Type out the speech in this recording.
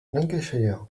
lancashire